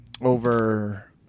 Over